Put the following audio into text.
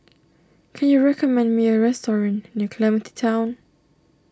can you recommend me a restaurant near Clementi Town